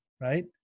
right